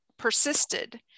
persisted